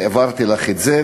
והעברתי לך את זה,